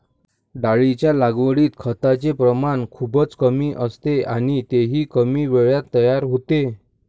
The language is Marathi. डाळींच्या लागवडीत खताचे प्रमाण खूपच कमी असते आणि तेही कमी वेळात तयार होते